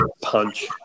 punch